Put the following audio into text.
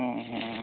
ହୁଁ ହୁଁ